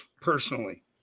personally